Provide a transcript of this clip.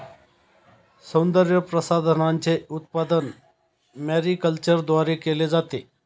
सौंदर्यप्रसाधनांचे उत्पादन मॅरीकल्चरद्वारे केले जाते